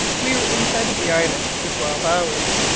we were in sight of the island for twelve hours,